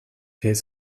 his